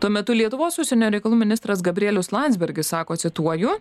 tuo metu lietuvos užsienio reikalų ministras gabrielius landsbergis sako cituoju